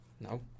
No